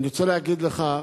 אני רוצה להגיד לך,